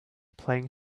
playing